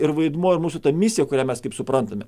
ir vaidmuo ir mūsų misija kurią mes kaip suprantame